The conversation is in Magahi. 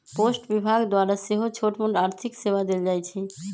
पोस्ट विभाग द्वारा सेहो छोटमोट आर्थिक सेवा देल जाइ छइ